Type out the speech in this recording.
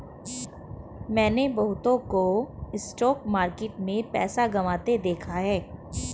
मैंने बहुतों को स्टॉक मार्केट में पैसा गंवाते देखा हैं